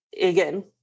again